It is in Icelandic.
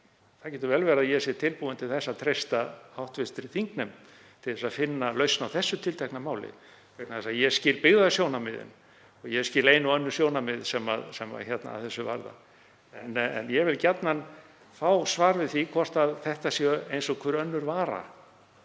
það getur vel verið að ég sé tilbúinn til að treysta hv. þingnefnd til að finna lausn á þessu tiltekna máli vegna þess að ég skil byggðasjónarmiðin og ég skil ein og önnur sjónarmið sem að þessu lúta. En ég vil gjarnan fá svar við því hvort þetta sé eins og hver önnur vara,